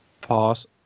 Pause